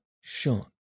shot